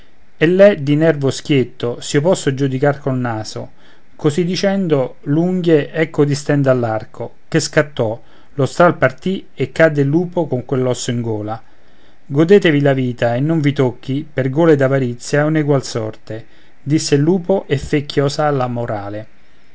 corda ell'è di nervo schietto s'io posso giudicar col naso così dicendo l'unghie ecco distende all'arco che scattò lo stral partì e cadde il lupo con quell'osso in gola godetevi la vita e non vi tocchi per gola ed avarizia un'egual sorte disse il lupo e fe chiòsa alla morale